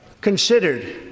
considered